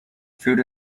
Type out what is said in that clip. food